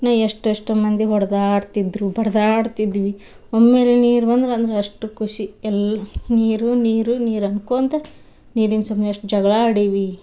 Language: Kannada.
ಎಷ್ಟೆಷ್ಟೋ ಮಂದಿ ಹೊಡ್ದಾಡ್ತಿದ್ರು ಬಡಿದಾಡ್ತಿದ್ವಿ ಒಮ್ಮೆಲೇ ನೀರು ಬಂದ್ರೆ ಅಂದ್ರೆ ಅಷ್ಟು ಖುಷಿ ಎಲು ನೀರು ನೀರು ನೀರು ಅನ್ಕೊತ ನೀರಿನ ಸಮಯ ಎಷ್ಟು ಜಗಳ ಆಡೇವಿ